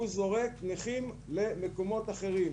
הוא זורק נכים למקומות אחרים.